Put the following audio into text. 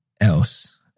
else